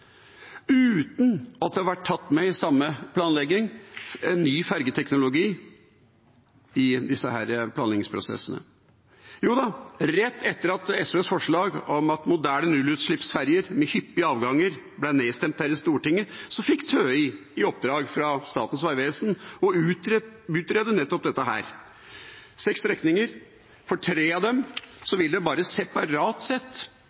uten at en ny ferjeteknologi har vært med i disse planleggingsprosessene. Rett etter at SVs forslag om moderne nullutslippsfejer med hyppige avganger ble nedstemt her i Stortinget, fikk TØI i oppdrag fra Statens vegvesen å utrede nettopp dette – seks strekninger, og for tre av dem vil det separat sett,